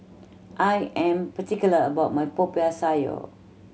I am particular about my Popiah Sayur